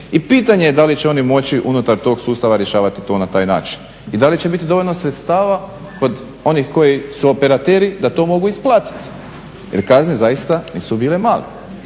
I pitanje je da li će oni moći unutar tog sustava rješavati to na taj način. I da li će biti dovoljno sredstava kod onih koji su operateri da to mogu isplatiti jer kazne zaista nisu bile male.